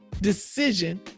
decision